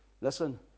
listen